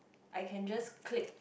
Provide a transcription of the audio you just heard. I can just click